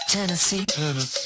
Tennessee